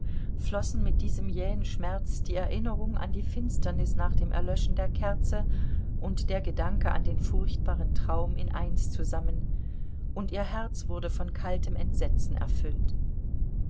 flossen mit diesem jähen schmerz die erinnerung an die finsternis nach dem erlöschen der kerze und der gedanke an den furchtbaren traum in eins zusammen und ihr herz wurde von kaltem entsetzen erfüllt